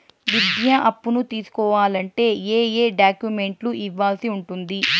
విద్యా అప్పును తీసుకోవాలంటే ఏ ఏ డాక్యుమెంట్లు ఇవ్వాల్సి ఉంటుంది